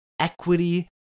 equity